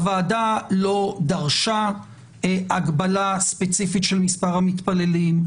הוועדה לא דרשה הגבלה ספציפית של מספר המתפללים,